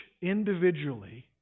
individually